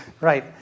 Right